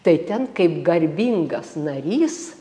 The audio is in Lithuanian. tai ten kaip garbingas narys